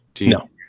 No